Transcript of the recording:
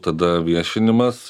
tada viešinimas